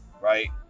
right